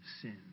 sin